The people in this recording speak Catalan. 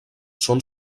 són